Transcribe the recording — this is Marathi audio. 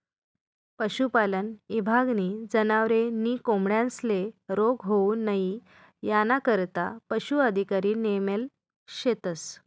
पशुपालन ईभागनी जनावरे नी कोंबड्यांस्ले रोग होऊ नई यानाकरता पशू अधिकारी नेमेल शेतस